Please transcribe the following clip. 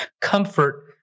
Comfort